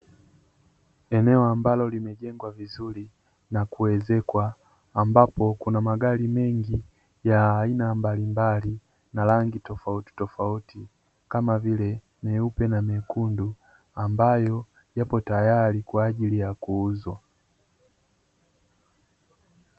Eneo ambalo limejengwa vizuri na kuezekwa, ambapo kuna magari mengi ya aina mbalimbali na rangi tofautitofauti kama vile nyeupe na nyekundu;, ambayo yapo tayari kwa ajili kuuzwa.